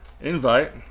invite